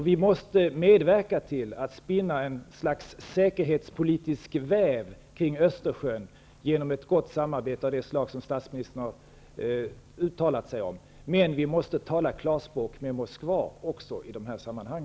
Vi måste medverka till att spinna ett slags säkerhetspolitisk väv kring Östersjön genom ett gott samarbete, av det slag som statsministern har uttalat sig om, men vi måste tala klarspråk också med Moskva i detta sammanhang.